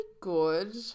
good